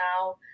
now